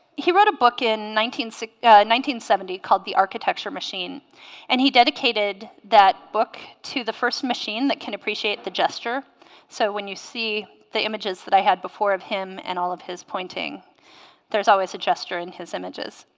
he wrote a book in nineteen nineteen seventy called the architecture machine and he dedicated that book to the first machine that can appreciate the gesture so when you see the images that i had before of him and all of his pointing there's always a gesture in his images